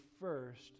first